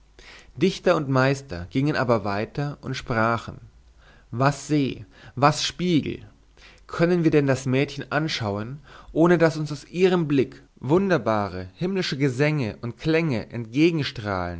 dichter und meister gingen aber weiter und sprachen was see was spiegel können wir denn das mädchen anschauen ohne daß uns aus ihrem blick wunderbare himmlische gesänge und klänge